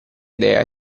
idea